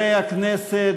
חברי הכנסת,